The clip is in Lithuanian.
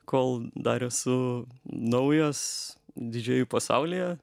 kol dar esu naujas didžėjų pasaulyje